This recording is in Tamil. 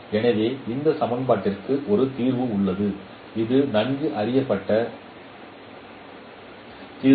எனவே இந்த சமன்பாட்டிற்கு ஒரு தீர்வு உள்ளது இது நன்கு அறியப்பட்ட தீர்வு